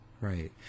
Right